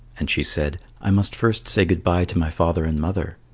and she said, i must first say good-bye to my father and mother.